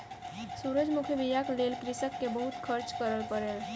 सूरजमुखी बीयाक लेल कृषक के बहुत खर्च करअ पड़ल